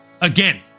Again